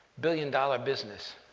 billion-dollar business.